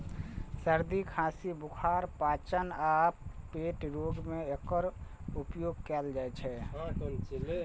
सर्दी, खांसी, बुखार, पाचन आ पेट रोग मे एकर उपयोग कैल जाइ छै